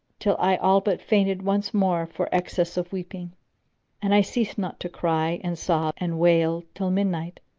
till i all but fainted once more for excess of weeping and i ceased not to cry and sob and wail till midnight,